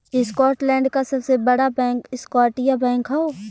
Scotland क सबसे बड़ा बैंक स्कॉटिया बैंक हौ